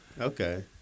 Okay